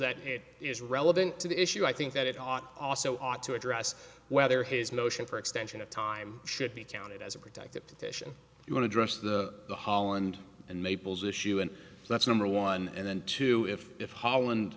that it is relevant to the issue i think that it ought also ought to address whether his motion for extension of time should be counted as a protective petition you want to dress the holland and mabel's issue and that's number one and then two if if holland